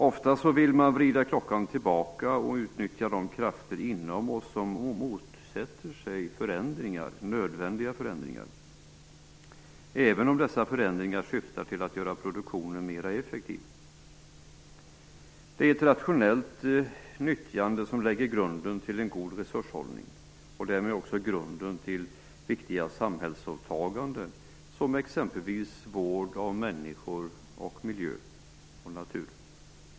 Ofta vill man vrida klockan tillbaka och utnyttja de krafter som inom oss alla motsätter sig nödvändiga förändringar, även om dessa syftar till att göra produktionen mer effektiv. Men ett rationellt nyttjande lägger grunden till en god resurshushållning och därmed också grunden till viktiga samhällsåtaganden såsom vård om människor, miljö och natur.